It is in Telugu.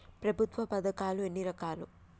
ప్రభుత్వ పథకాలు ఎన్ని రకాలు?